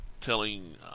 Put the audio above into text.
telling